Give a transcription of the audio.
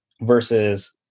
versus